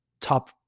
top